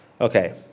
Okay